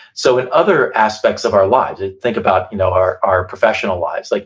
so in other aspects of our lives, and think about you know our our professional lives, like